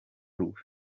rwe